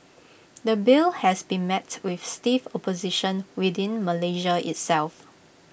the bill has been met with stiff opposition within Malaysia itself